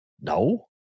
No